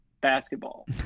basketball